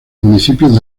municipios